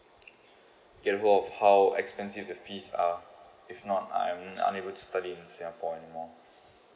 get of how expensive the fees are if not I'm unable to study in singapore anymore